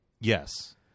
Yes